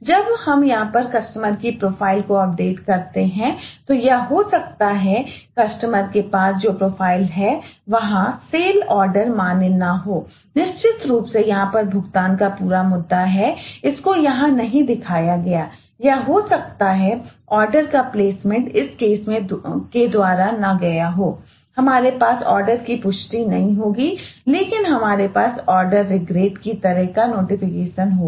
जब हम यहां पर कस्टमर होगा